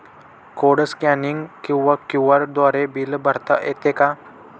Code scanning किंवा QR द्वारे bill भरता येते का?